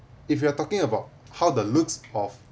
if you are talking about how the looks of